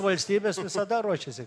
valstybės visada ruošiasi